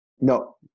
No